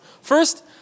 First